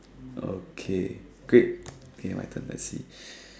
okay great okay my turn let's see